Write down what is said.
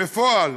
בפועל,